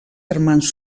germans